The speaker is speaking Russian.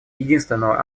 единственного